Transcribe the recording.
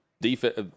defense